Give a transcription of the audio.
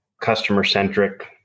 customer-centric